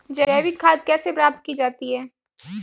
जैविक खाद कैसे प्राप्त की जाती है?